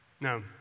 No